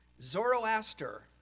Zoroaster